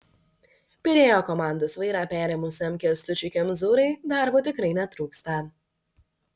pirėjo komandos vairą perėmusiam kęstučiui kemzūrai darbo tikrai netrūksta